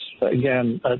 again